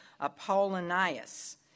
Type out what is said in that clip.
Apollonius